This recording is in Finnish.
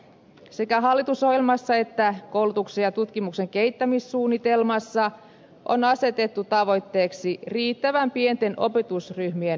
sekä hallitusohjelmassa että koulutuksen ja tutkimuksen kehittämissuunnitelmassa on asetettu tavoitteeksi riittävän pienten opetusryhmien varmistaminen